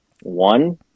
one